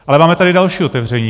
Ale máme tady další otevření.